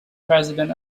president